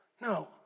No